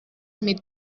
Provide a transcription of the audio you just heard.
mit